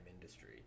industry